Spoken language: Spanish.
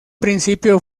principio